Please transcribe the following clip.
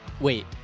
Wait